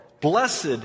Blessed